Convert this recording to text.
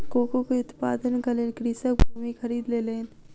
cocoa के उत्पादनक लेल कृषक भूमि खरीद लेलैन